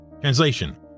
Translation